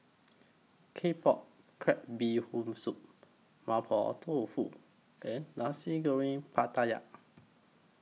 Claypot Crab Bee Hoon Soup Mapo Tofu and Nasi Goreng Pattaya